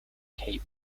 cape